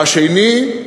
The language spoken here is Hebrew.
השני,